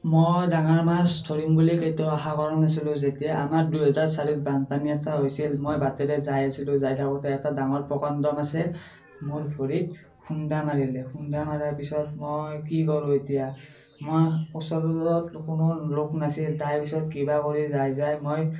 মই ডাঙৰ মাছ ধৰিম বুলি কেতিয়াও আশা কৰা নাছিলোঁ যেতিয়া আমাৰ দুহেজাৰ চাৰিত বানপানী এটা হৈছিল মই বাটেৰে যায় আছিলোঁ যায় থাকোতে এটা ডাঙৰ প্ৰকাণ্ড মাছে মোৰ ভৰিত খুন্দা মাৰিলে খুন্দা মৰাৰ পিছত মই কি কৰোঁ এতিয়া মই ওচৰত কোনো লোক নাছিল তাৰপিছত কিবা কৰি যায় যায় মই